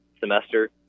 semester